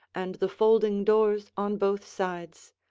and the folding-doors on both sides,